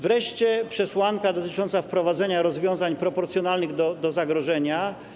Wreszcie przesłanka dotycząca wprowadzenia rozwiązań proporcjonalnych do zagrożenia.